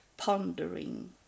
pondering